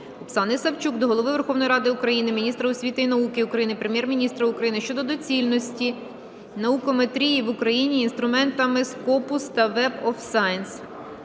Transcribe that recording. Оксани Савчук до Голови Верховної Ради України, міністра освіти і науки України, Прем'єр-міністра України щодо доцільності наукометрії в Україні інструментами Scopus та Web of Science.